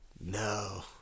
no